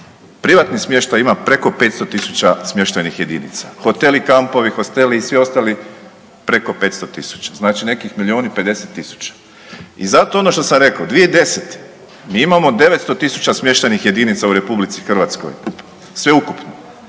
Privatni smještaj ima preko 500 tisuća smještajnih jedinica, hoteli, kampovi, hosteli i svi ostali preko 500 tisuća. Znači neki milion i pedeset tisuća. I zato ono što sam rekao 2010. mi imamo 900 tisuća smještajnih jedinica u RH sveukupno,